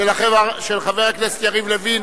של חבר הכנסת יריב לוין,